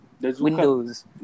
Windows